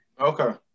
Okay